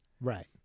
Right